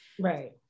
Right